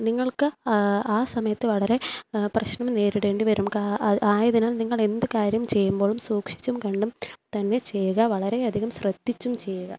നിങ്ങൾക്ക് ആ സമയത്ത് വളരെ പ്രശ്നം നേരിടേണ്ടി വരും ആയതിനാൽ നിങ്ങളെന്തു കാര്യം ചെയ്യുമ്പോഴും സൂക്ഷിച്ചും കണ്ടും തന്നെ ചെയ്യുക വളരെയധികം ശ്രദ്ധിച്ചും ചെയ്യുക